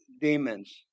demons